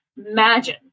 imagine